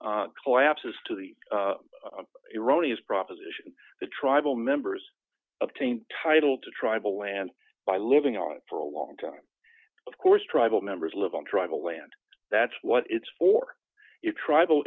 collapses to the iranians proposition the tribal members of team title to tribal land by living on it for a long time of course tribal members live on tribal land that's what it's for if tribal